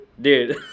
Dude